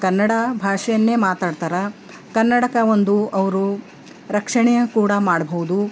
ಕನ್ನಡ ಭಾಷೆಯನ್ನೇ ಮಾತಾಡ್ತಾರ ಕನ್ನಡಕ್ಕೆ ಒಂದು ಅವರು ರಕ್ಷಣೆಯ ಕೂಡ ಮಾಡ್ಭೌದು